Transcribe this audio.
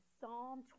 Psalm